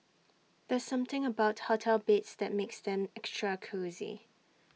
there's something about hotel beds that makes them extra cosy